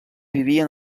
vivien